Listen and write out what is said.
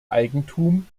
eigentum